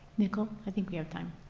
nicole, i think we have time.